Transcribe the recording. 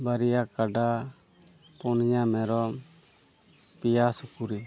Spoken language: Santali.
ᱵᱟᱨᱭᱟ ᱠᱟᱰᱟ ᱯᱩᱱᱭᱟᱹ ᱢᱮᱨᱚᱢ ᱯᱮᱭᱟ ᱥᱩᱠᱨᱤ